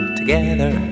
together